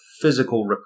physical